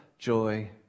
joy